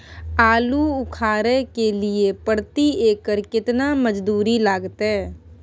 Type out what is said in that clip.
आलू उखारय के लिये प्रति एकर केतना मजदूरी लागते?